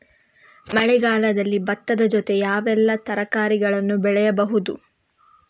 ಮಳೆಗಾಲದಲ್ಲಿ ಭತ್ತದ ಜೊತೆ ಯಾವೆಲ್ಲಾ ತರಕಾರಿಗಳನ್ನು ಬೆಳೆಯಬಹುದು?